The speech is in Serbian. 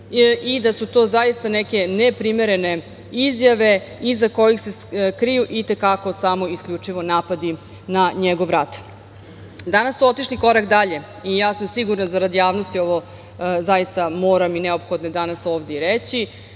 i da su to zaista neke neprimerene izjave iza koji se kriju i te kako samo i isključivo napadi na njegov rad. Danas su otišli korak dalje i ja sam sigurna, zarad javnosti ovo zaista moram i neophodno je danas ovde i reći,